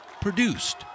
Produced